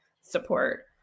support